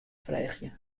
freegje